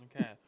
Okay